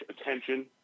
attention